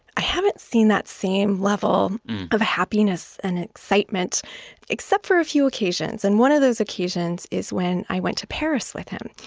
i haven't seen that same level of happiness and excitement except for a few occasions. and one of those occasions is when i went to paris with him.